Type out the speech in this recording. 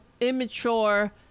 immature